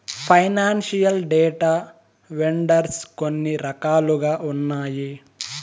financial data vendors కొన్ని రకాలుగా ఉన్నాయి